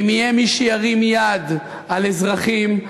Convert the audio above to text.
אם יהיה מי שירים יד על אזרחים,